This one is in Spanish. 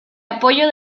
apoyo